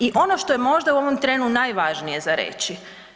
I ono što je možda u ovom trenu najvažnije za reći.